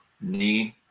need